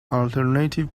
alternative